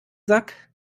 sack